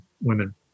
women